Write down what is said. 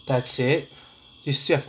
that's it you still have